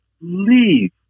leave